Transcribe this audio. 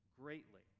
greatly